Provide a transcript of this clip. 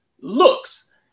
looks